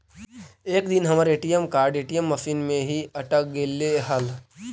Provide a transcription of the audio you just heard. एक दिन हमर ए.टी.एम कार्ड ए.टी.एम मशीन में ही अटक गेले हल